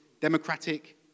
democratic